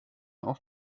auf